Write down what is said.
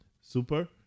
Super